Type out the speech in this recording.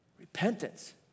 Repentance